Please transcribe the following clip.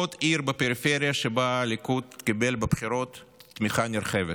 עוד עיר בפריפריה שבה הליכוד קיבל בבחירות תמיכה נרחבת.